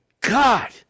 God